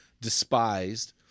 despised